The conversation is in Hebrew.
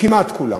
כמעט כולן.